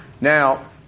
Now